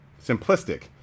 simplistic